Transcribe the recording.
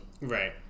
Right